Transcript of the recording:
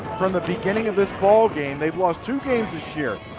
from the beginning of this ball game, they lost two games this year.